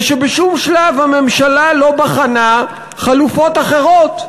זה שבשום שלב הממשלה לא בחנה חלופות אחרות.